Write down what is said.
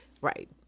right